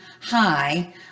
hi